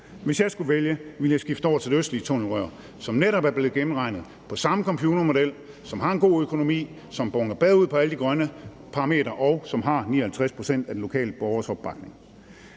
Hvis jeg skulle vælge, ville jeg skifte over til det østlige tunnelrør, som netop er blevet gennemregnet på samme computermodel, som har en god økonomi, som boner bedre ud på alle de grønne parametre, og som har 59 pct. af de lokale borgeres opbakning.